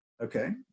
okay